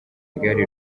igare